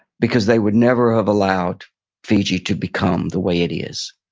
because they would never have allowed fiji to become the way it is.